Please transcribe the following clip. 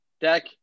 Deck